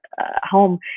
home